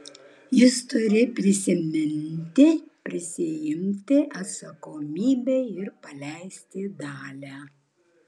jis turi prisiimti atsakomybę ir paleisti dalią